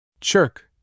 Chirk